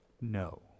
No